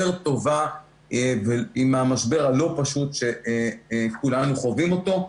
טובה עם המשבר הלא פשוט שכולנו חווים אותו.